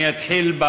אני אתחיל,